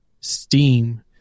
Steam